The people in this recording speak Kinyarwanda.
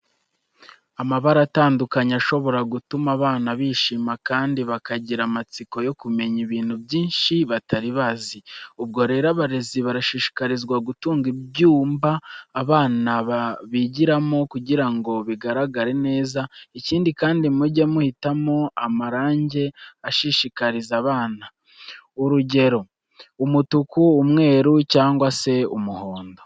Amabara atandukanye ashobora gutuma abana bishima kandi bakagira amatsiko yo kumenya ibintu byinshi batari bazi. Ubwo rero abarezi barashishikarizwa gutunga ibyumba abana bigiramo kugira ngo bigaragare neza. Ikindi kandi, mujye muhitamo amarange ashishikaza abana. Urugero, umutuku, umweru cyangwa se umuhondo.